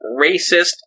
racist